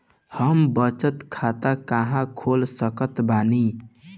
हम बचत खाता कहां खोल सकत बानी?